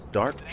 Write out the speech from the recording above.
dark